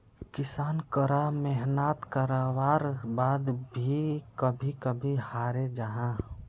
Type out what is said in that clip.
किसान करा मेहनात कारवार बाद भी कभी कभी हारे जाहा